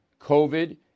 COVID